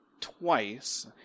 twice